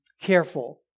careful